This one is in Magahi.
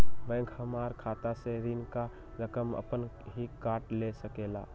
बैंक हमार खाता से ऋण का रकम अपन हीं काट ले सकेला?